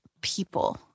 people